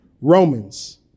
Romans